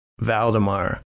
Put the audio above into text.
Valdemar